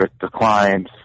declines